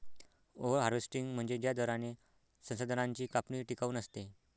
over harvesting म्हणजे ज्या दराने संसाधनांची कापणी टिकाऊ नसते